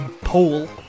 pole